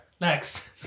Next